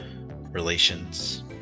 relations